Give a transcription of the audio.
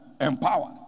Empowered